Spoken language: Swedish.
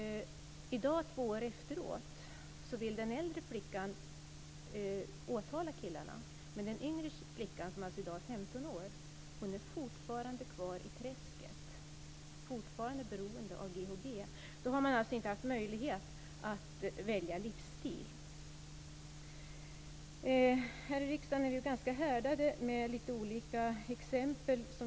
I dag, två år efteråt, vill den äldre flickan åtala killarna. Men den yngre flickan, som i dag alltså är 15 år, är fortfarande kvar i träsket, fortfarande beroende av GHB. Då har man inte haft möjlighet att välja livsstil. Här i riksdagen är vi ganska härdade av att ha sett olika exempel.